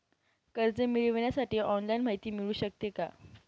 कर्ज मिळविण्यासाठी ऑनलाईन माहिती मिळू शकते का?